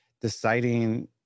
deciding